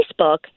Facebook